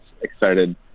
excited